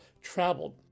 traveled